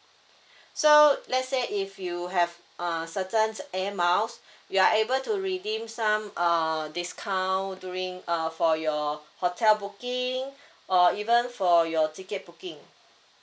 so let's say if you have uh certain air miles you are able to redeem some uh discount during uh for your hotel booking or even for your ticket booking